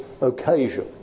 occasion